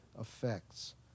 effects